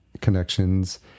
Connections